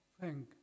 thank